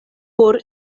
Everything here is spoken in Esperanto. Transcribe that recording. por